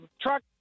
truck